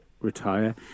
retire